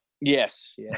Yes